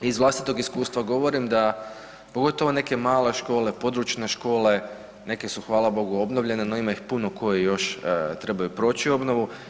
Iz vlastitog iskustva govorim da pogotovo neke male škole, područne škole neke su hvala Bogu obnovljene, no ima ih puno koje još trebaju proći obnovu.